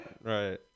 Right